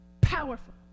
Powerful